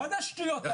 מה זה השטויות האלה?